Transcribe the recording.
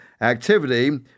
activity